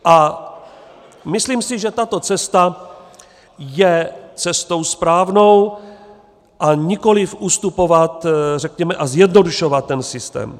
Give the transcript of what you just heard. A myslím si, že tato cesta je cestou správnou, a nikoliv ustupovat a zjednodušovat ten systém.